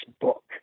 book